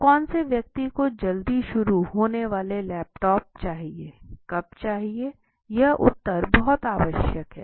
तो कौन से व्यक्ति को जल्दी शुरू होने वाला लैपटॉप चाहिए कब चाहिए यह उत्तर बहुत आवश्यक है